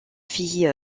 fit